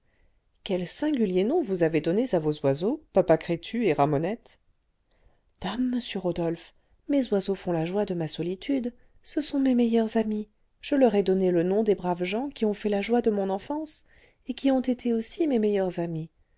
quels singuliers noms vous avez donnés à vos oiseaux papa crétu et ramonette dame monsieur rodolphe mes oiseaux font la joie de ma solitude ce sont mes meilleurs amis je leur ai donné le nom des braves gens qui ont fait la joie de mon enfance et qui ont été aussi mes meilleurs amis